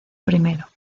primero